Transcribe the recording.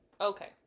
Okay